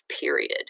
period